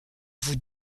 vous